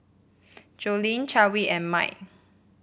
Joleen Chadwick and Mike